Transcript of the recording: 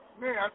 man